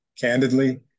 Candidly